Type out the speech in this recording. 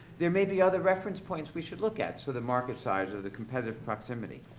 there may be other reference points we should look at, so the market size or the competitive proximity.